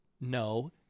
no